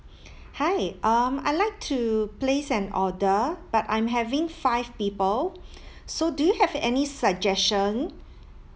hi um I'd like to place an order but I'm having five people so do you have any suggestion